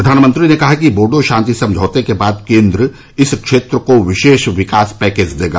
प्रधानमंत्री ने कहा कि बोडो शांति समझौते के बाद केंद्र इस क्षेत्र को विशेष विकास पैकेज देगा